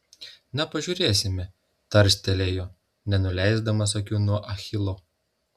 na pažiūrėsime tarstelėjo nenuleisdamas akių nuo achilo